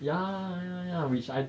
ya ya which I which I fear that a bit